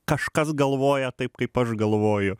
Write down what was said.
kažkas galvoja taip kaip aš galvoju